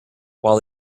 while